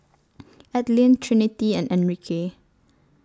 Adline Trinity and Enrique